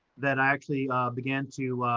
that i actually began to